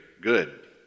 good